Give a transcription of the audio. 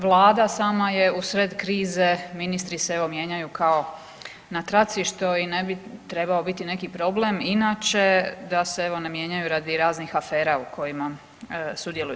Vlada sama je u sred krize, ministri se, evo, mijenjaju kao na traci, što i ne bi trebao biti neki problem, inače, da se evo, ne mijenjaju radi raznih afera u kojima sudjeluju.